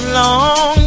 long